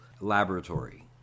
laboratory